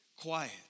quiet